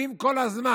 עסוקים כל הזמן.